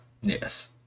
Yes